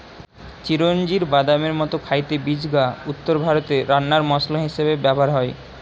চিরোঞ্জির বাদামের মতো খাইতে বীজ গা উত্তরভারতে রান্নার মসলা হিসাবে ব্যভার হয়